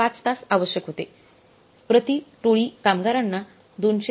5 तास आवश्यक होते प्रति टोळी कामगारांना 202